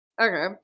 Okay